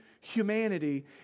humanity